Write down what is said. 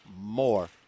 more